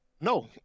No